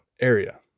area